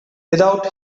without